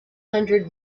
hundred